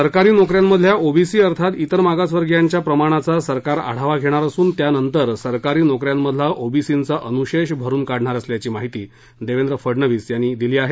सरकारी नोक यांमधल्या ओबीसी अर्थात त्रेर मागासवर्गीयांच्या प्रमाणाचा सरकार आढावा घेणार असून त्यानंतर सरकारी नोक यांमधला ओबीसींचा अनुशेष भरून काढणार असल्याची माहिती मुख्यमंत्री देवेंद्र फडणवीस यांनी दिली आहे